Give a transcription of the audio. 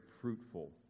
fruitful